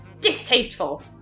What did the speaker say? distasteful